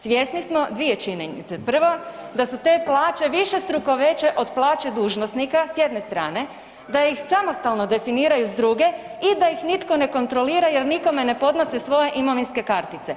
Svjesni smo dvije činjenice, prvo da su te plaće višestruko veće od plaće dužnosnika s jedne strane, da ih samostalno definiraju s druge i da ih nitko ne kontrolira jer nikome ne podnose svoje imovinske kartice.